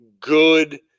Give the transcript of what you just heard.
good